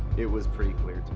it was pretty clear to